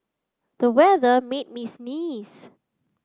the weather made me sneeze